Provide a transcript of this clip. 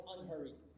Unhurried